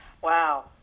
Wow